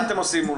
מה אתם עושים מול